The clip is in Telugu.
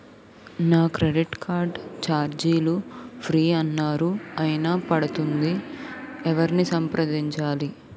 నా క్రెడిట్ కార్డ్ ఛార్జీలు ఫ్రీ అన్నారు అయినా పడుతుంది ఎవరిని సంప్రదించాలి?